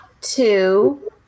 two